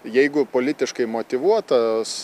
jeigu politiškai motyvuotas